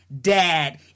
dad